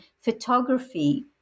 photography